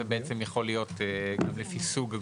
זה יכול להיות גם לפי סוג הגוף.